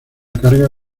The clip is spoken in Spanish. carga